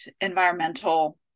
environmental